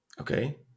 Okay